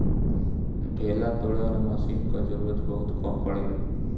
ढेला तोड़े वाला मशीन कअ जरूरत बहुत कम पड़ेला